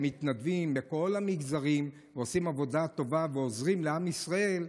שמתנדבים בכל המגזרים ועושים עבודה טובה ועוזרים לעם ישראל.